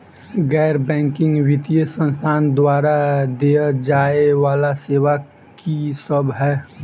गैर बैंकिंग वित्तीय संस्थान द्वारा देय जाए वला सेवा की सब है?